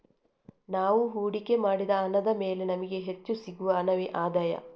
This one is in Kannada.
ನಾವು ಹೂಡಿಕೆ ಮಾಡಿದ ಹಣದ ಮೇಲೆ ನಮಿಗೆ ಹೆಚ್ಚು ಸಿಗುವ ಹಣವೇ ಆದಾಯ